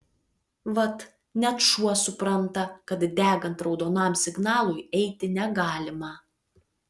vat net šuo supranta kad degant raudonam signalui eiti negalima